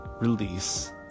release